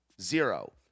zero